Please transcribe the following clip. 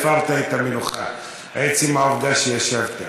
הפרת את המנוחה בעצם העובדה שישבת.